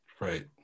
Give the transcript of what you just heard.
Right